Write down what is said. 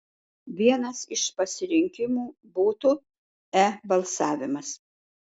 vienas iš pasirinkimų būtų e balsavimas